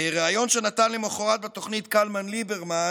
בריאיון שנתן למוחרת בתוכנית קלמן ליברמן